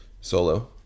solo